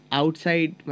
outside